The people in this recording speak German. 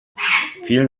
vielen